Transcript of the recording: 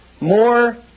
more